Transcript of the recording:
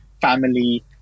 family